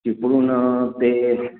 चिपळूण ते